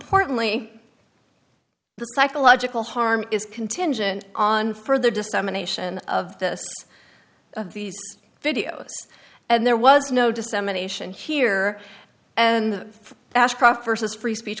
the psychological harm is contingent on further dissemination of this these videos and there was no dissemination here and ashcroft versus free speech